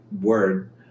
word